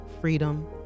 freedom